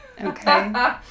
Okay